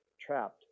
trapped